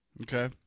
Okay